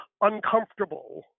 uncomfortable